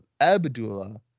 Abdullah